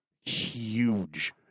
huge